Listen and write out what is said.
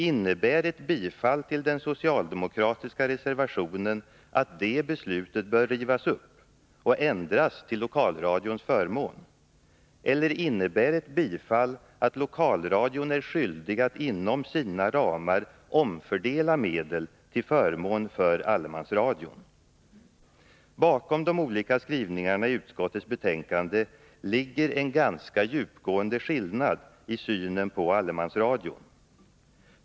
Innebär ett bifall till den socialdemokratiska reservationen att det beslutet bör rivas upp och ändras till lokalradions förmån? Eller innebär ett bifall att lokalradion är skyldig att inom sina ramar omfördela medel till förmån för allemansradion? Bakom de olika skrivningarna i utskottets betänkande ligger en ganska djupgående skillnad i synen på allemansradion.